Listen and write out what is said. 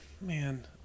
man